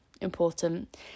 important